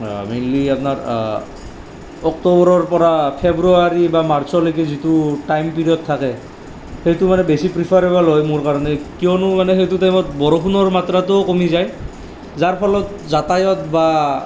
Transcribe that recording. mainly আপোনাৰ অক্টোবৰৰ পৰা ফেব্ৰুৱাৰীৰ পৰা মাৰ্চলৈকে যিটো টাইম পিৰিয়ড থাকে সেইটো মানে বেছি প্ৰিফাৰেবল হয় মোৰ কাৰণে কিয়নো সেইটো টাইমত বৰষুণৰ মাত্ৰাটোও কমি যায় যাৰ ফলত যাতায়ত বা